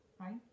right